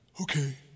Okay